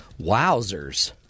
Wowzers